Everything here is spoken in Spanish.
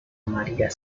maría